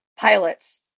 pilots